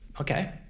okay